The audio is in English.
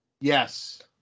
Yes